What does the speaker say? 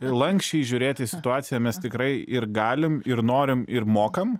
lanksčiai žiūrėti į situaciją mes tikrai ir galim ir norim ir mokam